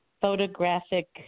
photographic